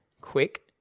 quick